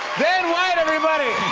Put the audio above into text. dan white, everybody!